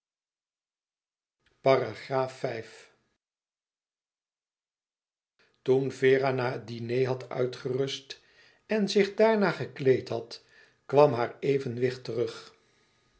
toen vera na het diner had uitgerust en zich daarna gekleed had kwam haar evenwicht terug